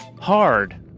hard